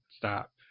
Stop